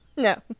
No